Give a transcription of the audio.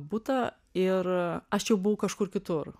butą ir aš jau buvo kažkur kitur